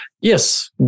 yes